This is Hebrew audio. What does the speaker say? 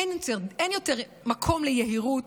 אין יותר מקום ליהירות,